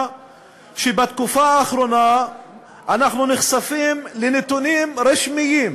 שבתקופה האחרונה אנחנו נחשפים לנתונים רשמיים